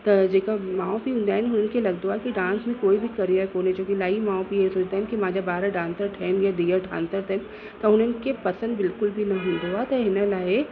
त जेका माउ पीउ हूंदा आहिनि हुननि खे लॻंदो आहे कि डांस में कोई बि करियर कोने छोकी इलाही माउ पीउ हे सोचंदा आहिनि कि मुंहिंजा ॿार डाक्टर ठहनि धीअ डाक्टर ठहनि त उन्हनि खे पसंदि बिल्कुल बि न ईंदो आहे कि हिन लाइ